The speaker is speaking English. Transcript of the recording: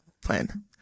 plan